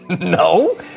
no